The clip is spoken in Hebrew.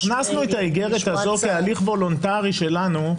הכנסנו את האיגרת הזאת להליך וולונטרי שלנו,